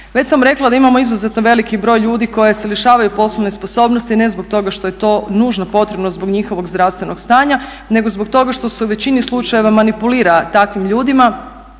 Već sam rekla da imamo izuzetno veliki broj ljudi koje se lišava poslovne sposobnosti, ne zbog toga što je to nužno potrebno zbog njihovog zdravstvenog stanja nego zbog toga što se u većini slučajeva manipulira takvim ljudima